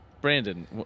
Brandon